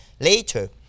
later